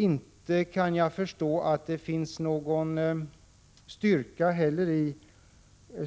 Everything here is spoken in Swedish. Inte kan jag heller förstå att det finns någon styrka i